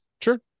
sure